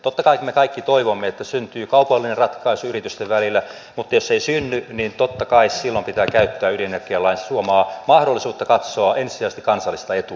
totta kai me kaikki toivomme että syntyy kaupallinen ratkaisu yritysten välillä mutta jos ei synny niin totta kai silloin pitää käyttää ydinenergialain suomaa mahdollisuutta katsoa ensisijaisesti kansallista etua